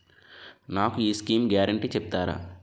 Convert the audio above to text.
నాకు ఈ schemes guarantee చెప్తారా?